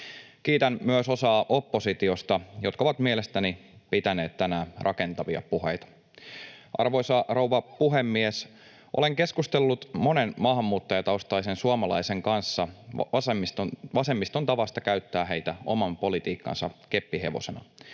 Kiitän myös osaa oppositiosta, joka on mielestäni pitänyt tänään rakentavia puheita. Arvoisa rouva puhemies! Olen keskustellut monen maahanmuuttajataustaisen suomalaisen kanssa vasemmiston tavasta käyttää heitä oman politiikkansa keppihevosena.